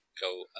Go